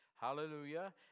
Hallelujah